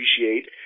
appreciate